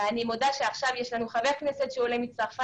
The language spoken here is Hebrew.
אני מודה על כך שעכשיו יש לנו חבר כנסת שהוא עולה מצרפת